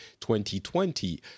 2020